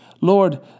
Lord